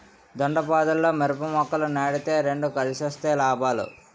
దొండపాదుల్లో మిరప మొక్కలు నాటితే రెండు కలిసొస్తే లాభాలు